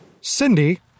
Cindy